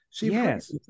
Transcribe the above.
Yes